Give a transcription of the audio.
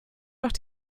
noch